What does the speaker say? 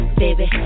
baby